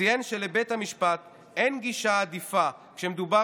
ציין שלבית המשפט אין גישה עדיפה כשמדובר